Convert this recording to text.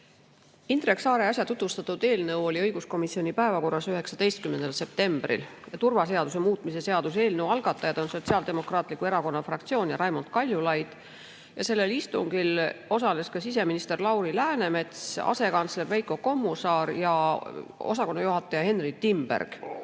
Indrek Saare äsja tutvustatud eelnõu oli õiguskomisjoni päevakorras 19. septembril. Turvaseaduse muutmise seaduse eelnõu algatajad on Sosiaaldemokraatliku Erakonna fraktsioon ja Raimond Kaljulaid ja sellel istungil osalesid ka siseminister Lauri Läänemets, asekantsler Veiko Kommusaar ja osakonnajuhataja Henry Timberg.